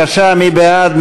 מי בעד?